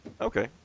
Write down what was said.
Okay